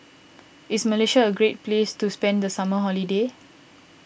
is Malaysia a great place to spend the summer holiday